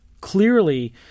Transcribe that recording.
Clearly